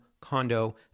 condo